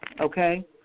okay